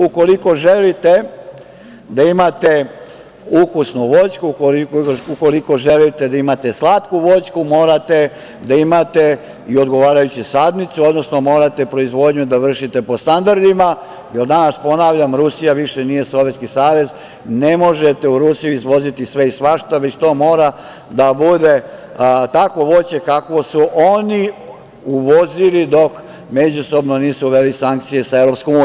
Ukoliko želite da imate ukusnu voćku, ukoliko želite da imate slatku voćku morate da imate i odgovarajuće sadnice, odnosno morate proizvodnju da vršite po standardima, jer danas, ponavljam, Rusija više nije Sovjetski savez, ne možete u Rusiju izvoziti sve i svašta, već to mora da bude takvo voće kakvo su oni uvozili dok međusobno nisu uveli sankcije sa EU.